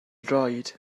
droed